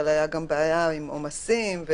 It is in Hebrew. הייתה בעיה עם עומסים.